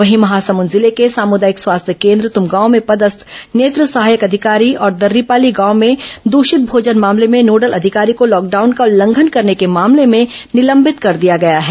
वहीं महासमुंद जिले के सामुदायिक स्वास्थ्य केन्द्र तुमगांव में पदस्थ नेत्र सहायक अधिकारी और दर्रीपाली गांव में दूषित भोजन मामले में नोडल अधिकारी को लॉकडाउन का उल्लंघन करने के मामले में निलंबित कर दिया गया है